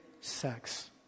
sex